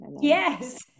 Yes